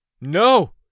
No